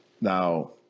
Now